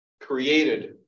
created